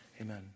Amen